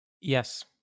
Yes